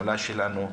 המעולה שלנו,